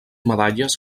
medalles